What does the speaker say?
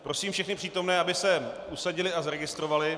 Prosím všechny přítomné, aby se usadili a zaregistrovali.